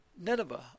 Nineveh